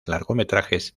largometrajes